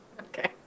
Okay